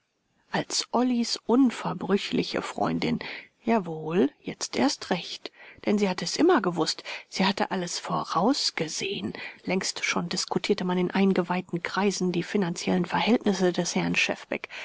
als ollys unverbrüchliche freundin jawohl jetzt erst recht denn sie hatte es immer gewußt sie hatte alles vorausgesehen längst schon diskutierte man in eingeweihten kreisen die finanziellen verhältnisse des herrn schefbeck